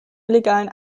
illegalen